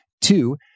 two